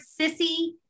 sissy